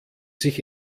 sich